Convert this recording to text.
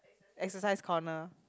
exercise corner